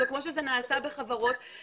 כמו שזה נעשה בחברות.